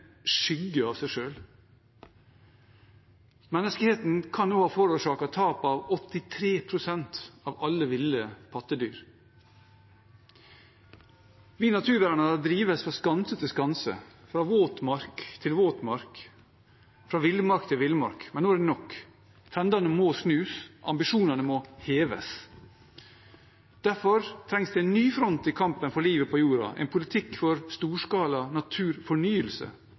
skygge av seg selv. Menneskeheten kan også ha forårsaket tap av 83 pst. av alle ville pattedyr. Vi naturvernere drives fra skanse til skanse, fra våtmark til våtmark, fra villmark til villmark. Men nå er det nok, trendene må snus, ambisjonene må heves. Derfor trengs det en ny front i kampen for livet på jorda, en politikk for storskala naturfornyelse,